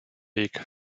weg